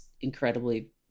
incredibly